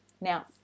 Now